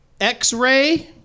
X-Ray